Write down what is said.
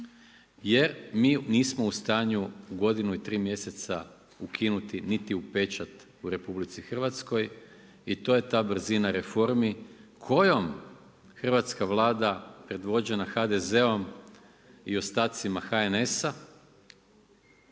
jer mi nismo u stanju u godinu i tri mjeseca ukinuti niti pečat u RH i to je ta brzina reformi kojom hrvatska Vlada predvođena HDZ-om i ostacima HNS-a,